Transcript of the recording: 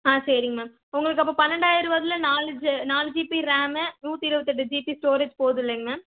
ஆ சேரிங்க மேம் உங்களுக்கு அப்போ பன்னெண்டாயிருபாதுல நாலு ஜ நாலு ஜிபி ரேமு நூற்றி இருபத்தெட்டு ஜிபி ஸ்டோரேஜ் போதுல்லைங்க மேம்